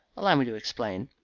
allow me to explain.